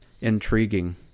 intriguing